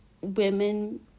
women